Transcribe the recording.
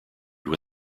when